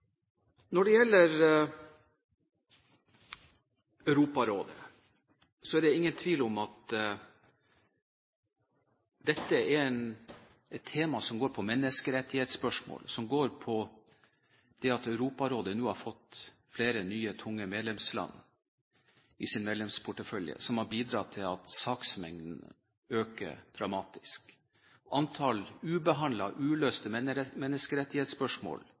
Når det gjelder sak nr. 7, om Europarådet, er det ingen tvil om at dette er et tema som går på menneskerettighetsspørsmål, og som går på det at Europarådet nå har fått nye tunge medlemsland i sin medlemsportefølje, noe som har bidratt til at saksmengden øker dramatisk. Antall ubehandlede og uløste menneskerettighetsspørsmål